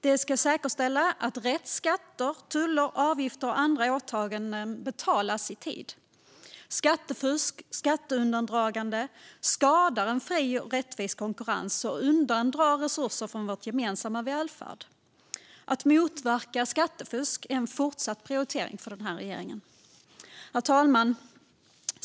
De ska säkerställa att rätt skatter, tullar, avgifter och andra åtaganden betalas i tid. Skattefusk och skatteundandragande skadar en fri och rättvis konkurrens och undandrar resurser från vår gemensamma välfärd. Att motverka skattefusk är en fortsatt prioritering för den här regeringen. Herr talman!